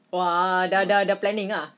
!wah! dah dah dah planning ah